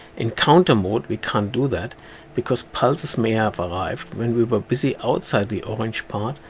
in counter mode we can't do that because pulses may have arrived when we were busy outside the orange part,